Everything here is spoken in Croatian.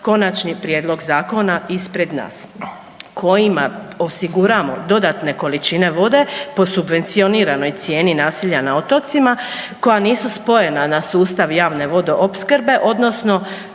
konačni prijedlog zakona ispred nas, kojima osiguramo dodatno količine vode po subvencioniranoj cijeni naselja na otocima, koja nisu spojena na sustav javne vodoopskrbe odnosno